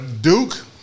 Duke